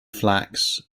flax